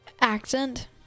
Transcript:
Accent